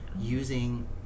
using